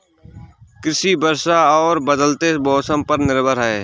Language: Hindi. कृषि वर्षा और बदलते मौसम पर निर्भर है